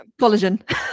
collagen